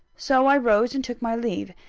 so i rose and took my leave,